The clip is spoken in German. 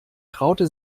traute